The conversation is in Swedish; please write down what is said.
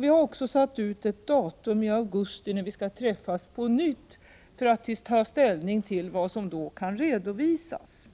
Vi har också satt ut ett datum i augusti när vi skall träffas på nytt för att ta ställning till vad som då kan redovisas.